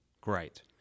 Great